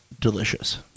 delicious